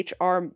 HR